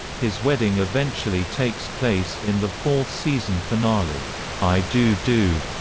his wedding eventually takes place in the fourth-season finale i do do.